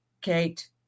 kate